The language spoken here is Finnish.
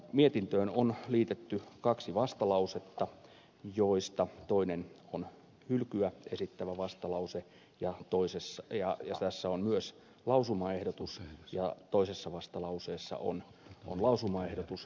mietintöön on liitetty kaksi vastalausetta joista toinen on hylkyä esittävä vastalause ja jossa on myös lausumaehdotus ja toisessa vastalauseessa on lausumaehdotus